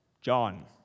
John